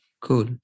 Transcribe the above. Cool